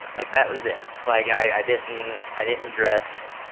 like, that was it. like, i didn't i didn't and dress